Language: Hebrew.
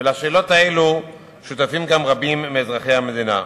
לשאלות הללו שותפים גם רבים מאזרחי המדינה.